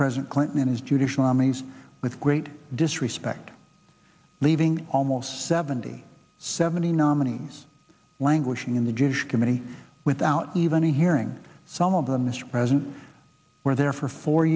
president clinton and his judicial nominees with great disrespect leaving almost seventy seventy nominees languishing in the jewish committee without even hearing some of them mr president were there for four